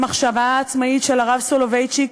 המחשבה העצמאית של הרב סולובייצ'יק